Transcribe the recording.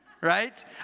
right